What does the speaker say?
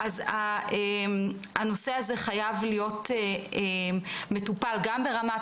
אז הנושא הזה חייב להיות מטופל גם ברמת